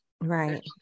Right